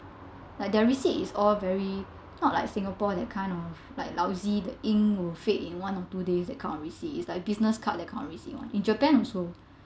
like their receipt is all very not like singapore that kind of like lousy the ink will fade in one or two days that kind of receipt it's like business card that kind of receipt [one] in japan also